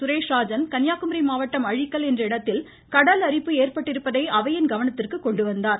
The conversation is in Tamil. சுரேஷ் ராஜன் கன்னியாகுமரி மாவட்டம் அழிக்கல் என்ற இடத்தில் கடல் அரிப்பு ஏற்பட்டிருப்பதை அவையின் கவனத்திற்கு கொண்டுவந்தார்